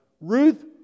Ruth